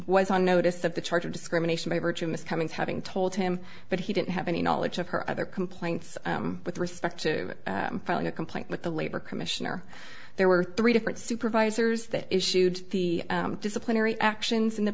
was on notice that the charge of discrimination by virtue of miss cummings having told him but he didn't have any knowledge of her other complaints with respect to a complaint with the labor commissioner there were three different supervisors that issued the disciplinary actions in the